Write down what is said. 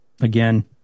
Again